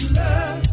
love